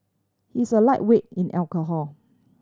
he is a lightweight in alcohol